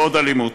לא עוד אלימות.